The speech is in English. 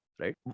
Right